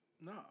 No